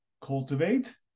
Cultivate